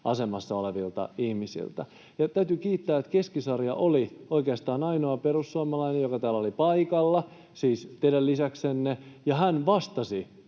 asemassa olevilta ihmisiltä. Täytyy kiittää, että Keskisarja oli oikeastaan ainoa perussuomalainen, joka täällä oli paikalla — siis teidän lisäksenne — ja hän vastasi